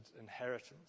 inheritance